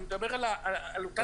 אני מדבר על אותה תוצאה.